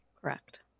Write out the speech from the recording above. Correct